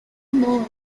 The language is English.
moon